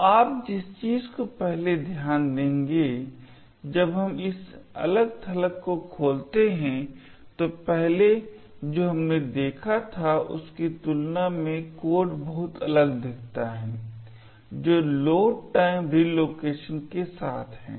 तो आप जिस चीज़ पर पहले ध्यान देंगे जब हम इस अलग थलग को खोलते हैं तो पहले जो हमने देखा था उसकी तुलना में कोड बहुत अलग दिखता है जो लोड टाइम रिलोकेशन के साथ है